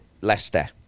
Leicester